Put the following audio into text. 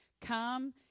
come